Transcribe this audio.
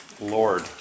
Lord